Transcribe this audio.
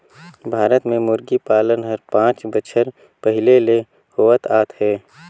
भारत में मुरगी पालन हर पांच बच्छर पहिले ले होवत आत हे